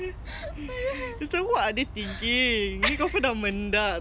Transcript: we don't know